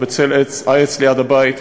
ובצל העץ ליד הבית,